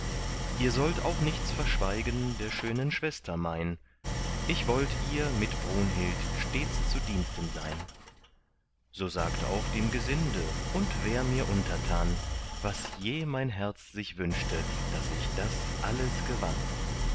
ihr sollt auch nichts verschweigen der schönen schwester mein ich wollt ihr mit brunhild stets zu diensten sein so sagt auch dem gesinde und wer mir untertan was je mein herz sich wünschte daß ich das alles gewann